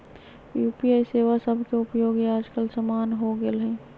UPI सेवा सभके उपयोग याजकाल सामान्य हो गेल हइ